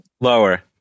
lower